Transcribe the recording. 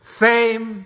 fame